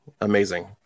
amazing